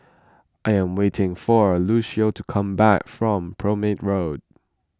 I am waiting for Lucious to come back from Prome Road